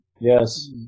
Yes